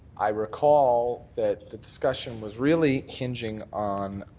i recall that the discussion was really hinging on